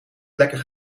plekken